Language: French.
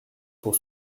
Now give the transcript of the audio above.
pour